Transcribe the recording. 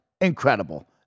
incredible